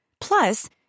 Plus